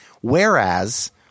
whereas